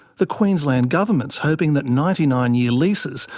the queensland government's hoping that ninety nine year leases,